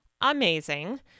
amazing